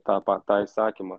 tą pa tą įsakymą